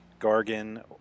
Gargan